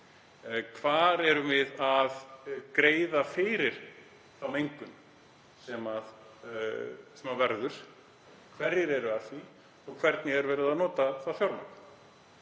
Hvað erum við að greiða fyrir þá mengun sem verður? Hverjir eru að því? Hvernig er verið að nota það fjármagn?